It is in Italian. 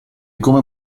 come